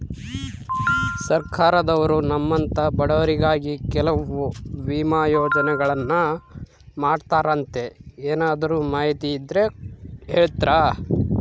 ಸರ್ಕಾರದವರು ನಮ್ಮಂಥ ಬಡವರಿಗಾಗಿ ಕೆಲವು ವಿಮಾ ಯೋಜನೆಗಳನ್ನ ಮಾಡ್ತಾರಂತೆ ಏನಾದರೂ ಮಾಹಿತಿ ಇದ್ದರೆ ಹೇಳ್ತೇರಾ?